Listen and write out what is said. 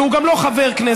והוא גם לא חבר כנסת,